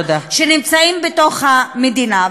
שנמצאים בתוך המדינה.